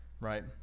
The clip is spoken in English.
Right